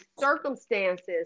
circumstances